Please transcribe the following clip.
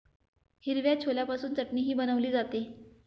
हिरव्या छोल्यापासून चटणीही बनवली जाते